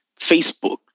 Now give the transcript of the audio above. Facebook